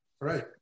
right